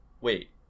wait